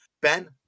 Ben